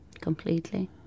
Completely